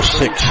six